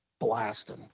Blasting